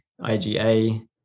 IgA